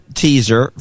teaser